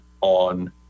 on